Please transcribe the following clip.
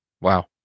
Wow